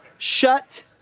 Shut